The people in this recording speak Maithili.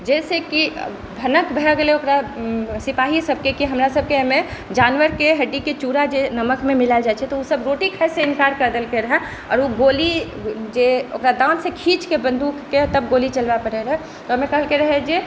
जाहि से कि भनक भए गेल रहै ओकरा सिपाही सबकेँ कि हमरा सबकेँ एहिमे जानवरके हड्डीके चुरा जे नमकमे मिलायल जाइ छै तऽ ओ सभ रोटी खाय से इन्कार कऽ देलकै रहय आर ओ गोली जे ओकरा दाँत से खीँच कऽ बन्दुककेँ तब गोली चलबै पड़ै रहै ओहिमे कहलकै रहै जे